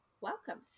welcome